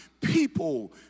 people